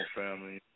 family